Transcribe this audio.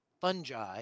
fungi